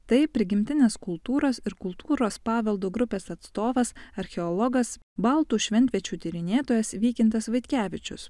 tai prigimtinės kultūros ir kultūros paveldo grupės atstovas archeologas baltų šventviečių tyrinėtojas vykintas vaitkevičius